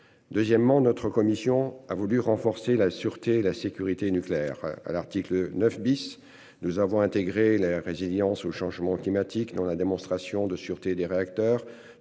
Deuxièmement notre commission a voulu renforcer la sûreté et la sécurité nucléaire à l'article 9 bis. Nous avons intégré la résilience au changement climatique, dont la démonstration de sûreté des réacteurs